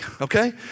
okay